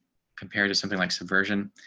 compared to something like some version.